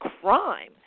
crime